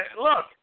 Look